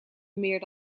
meer